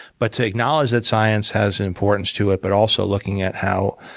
but to acknowledge that science has an importance to it, but also looking at how